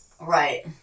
Right